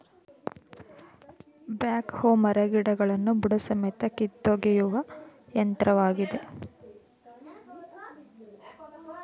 back ಹೋ ಮರಗಿಡಗಳನ್ನು ಬುಡಸಮೇತ ಕಿತ್ತೊಗೆಯುವ ಯಂತ್ರವಾಗಿದೆ